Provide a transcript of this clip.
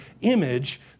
image